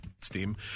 Steam